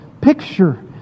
picture